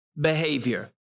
behavior